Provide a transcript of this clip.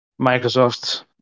Microsoft